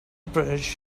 bridge